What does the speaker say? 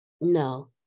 No